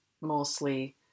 mostly